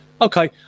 Okay